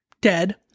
dead